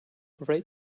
rate